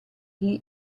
gli